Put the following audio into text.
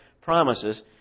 promises